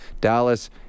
Dallas